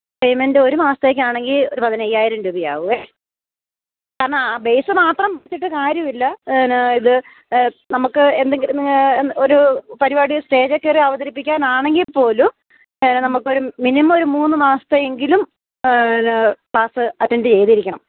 payment ഒരു മാസത്തേക്കാണെങ്കില് ഒരു പതിനയ്യായിരം രൂപയാകുവേ കാരണം ആ ബെയ്സ് മാത്രം പഠിച്ചിട്ട് കാര്യമില്ല എന്നായിത് നമ്മള്ക്ക് എന്തെങ്കിലും ഒരു പരിപാടി സ്റ്റേജേക്കേറി അവതരിപ്പിക്കാനാണെങ്കില്പ്പോലും നമ്മള്ക്കൊരു മിനിമമൊരു മൂന്നു മാസത്തെയെങ്കിലും എന്നാ ക്ലാസ്സ് അറ്റൻറ്റെയ്തിരിക്കണം